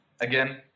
Again